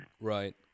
Right